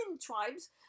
tribes